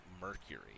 Mercury